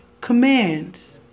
commands